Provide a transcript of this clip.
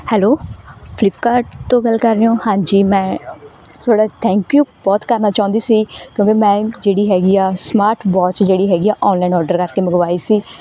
hello Flipkart ਤੋਂ ਗੱਲ ਕਰ ਰਹੇ ਹੋ ਹਾਂਜੀ ਮੈਂ ਤੁਹਾਡਾ ਥੈਂਕ ਯੂ ਬਹੁਤ ਕਰਨਾ ਚਾਹੁੰਦੀ ਸੀ ਕਿਉਂਕਿ ਮੈਂ ਜਿਹੜੀ ਹੈਗੀ ਆ ਸਮਾਰਟਵੋਚ ਜਿਹੜੀ ਹੈਗੀ ਆ ਔਨਲਾਈਨ ਔਡਰ ਕਰਕੇ ਮੰਗਵਾਈ ਸੀ